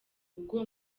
ubwo